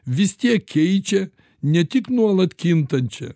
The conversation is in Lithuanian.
vis tiek keičia ne tik nuolat kintančią